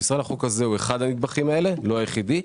החוק הזה הוא אחד הנדבכים האלה, לא היחידי,